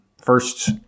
first